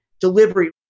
delivery